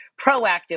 proactive